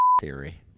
theory